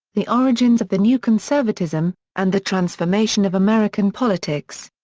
the origins of the new conservatism, and the transformation of american politics.